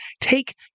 take